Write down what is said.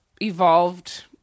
evolved